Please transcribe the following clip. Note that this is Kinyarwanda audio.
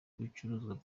bicuruzwa